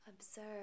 Observe